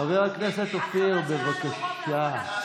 חבר הכנסת אופיר, בבקשה.